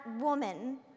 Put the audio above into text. woman